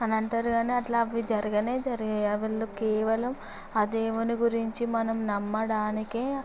అని అంటారు కానీ అవి అట్ల జరగనే జరగవు అవి కేవలం ఆ దేవుని గురించి మనం నమ్మడానికే